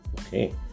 Okay